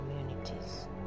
communities